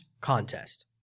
contest